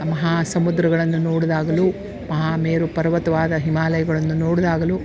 ಮಹಾಸಮುದ್ರಗಳನ್ನ ನೋಡಿದಾಗಲೂ ಮಹಾ ಮೇರು ಪರ್ವತವಾದ ಹಿಮಾಲಯಗಳನ್ನ ನೋಡಿದಾಗಲೂ